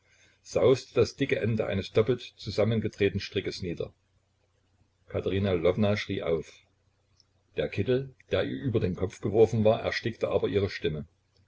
sauste das dicke ende eines doppelt zusammengedrehten strickes nieder katerina lwowna schrie auf der kittel der ihr über den kopf geworfen war erstickte aber ihre stimme